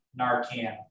Narcan